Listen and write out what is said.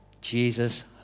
Jesus